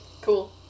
Cool